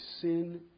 sin